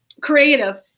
creative